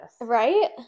Right